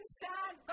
sad